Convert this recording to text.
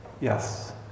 Yes